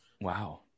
wow